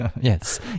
yes